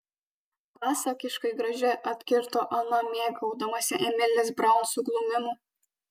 pasakiškai graži atkirto ana mėgaudamasi emilės braun suglumimu